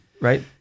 right